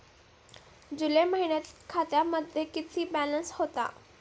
जुलै महिन्यात खात्यामध्ये किती बॅलन्स होता?